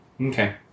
Okay